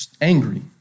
angry